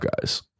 guys